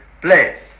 place